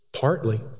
Partly